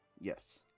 Yes